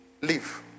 Leave